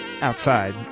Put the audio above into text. outside